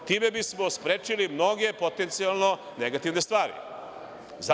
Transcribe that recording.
Time bismo sprečili mnoge potencijalno negativne stvari.